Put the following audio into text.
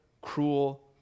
cruel